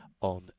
on